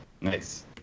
Nice